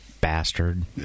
Bastard